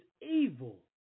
evil